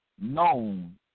known